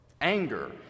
Anger